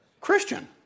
Christian